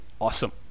awesome